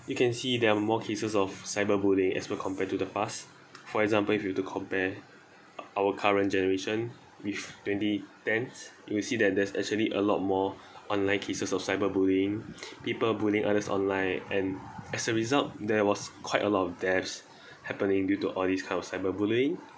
you can see there are more cases of cyberbully as compared to the past for example if you were to compare our current generation with twenty ten you will see that there's actually a lot more online cases of cyberbullying people bullying others online and as a result there was quite a lot of deaths happening due to all these kind of cyberbullying